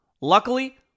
Luckily